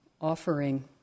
offering